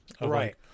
Right